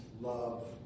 love